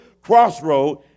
crossroad